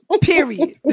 period